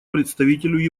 представителю